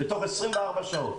בתוך 24 שעות,